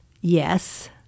Yes